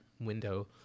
window